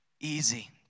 easy